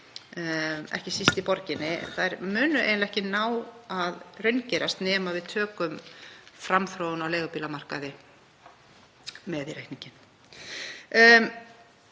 ekki síst í borginni, munu ekki ná að raungerast nema við tökum framþróun á leigubílamarkaði með í reikninginn.